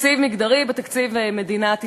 תקציב מגדרי בתקציב מדינת ישראל,